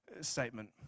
statement